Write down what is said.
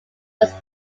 was